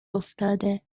افتاده